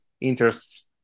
interests